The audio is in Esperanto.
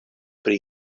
pri